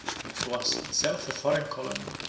which was itself a foreign colony,